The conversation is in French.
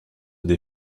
des